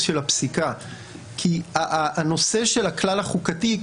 של הפסיקה כי הנושא של הכלל החוקתי,